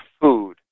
food